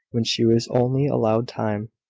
when she was only allowed time.